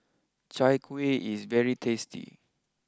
Chai Kuih is very tasty